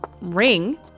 ring